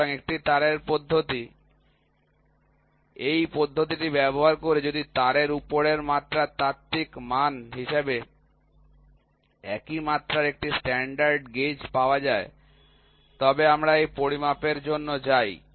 সুতরাং একটি তারের পদ্ধতি এই পদ্ধতিটি ব্যবহার করা হয় যদি তারের উপরের মাত্রার তাত্ত্বিক মান হিসাবে একই মাত্রার একটি স্ট্যান্ডার্ড গেজ পাওয়া যায় তবে আমরা এই পরিমাপের জন্য যাই